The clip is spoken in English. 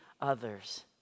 others